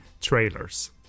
trailers